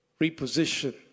reposition